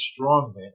Strongman